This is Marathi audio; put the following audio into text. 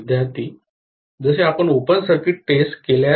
विद्यार्थीः जसे आपण ओपन सर्किट टेस्ट केल्यास